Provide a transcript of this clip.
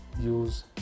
use